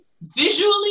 Visually